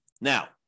Now